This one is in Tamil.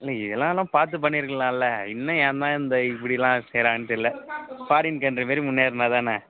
இல்லை இதெல்லாம்லாம் பார்த்து பண்ணிருக்கலாம்ல இன்னும் ஏன் தான் இந்த இப்படிலாம் செய்யறாங்கன்னு தெரியல ஃபாரீன் கன்ட்ரிமாரி முன்னேறுனா தான